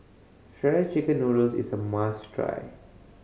shred chicken noodles is a must try